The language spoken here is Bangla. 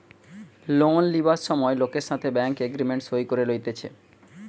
লোন লিবার সময় লোকের সাথে ব্যাঙ্ক এগ্রিমেন্ট সই করে লইতেছে